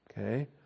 Okay